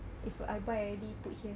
if uh I buy I already put here